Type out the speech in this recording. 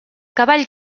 cavall